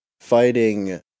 fighting